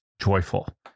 joyful